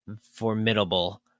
formidable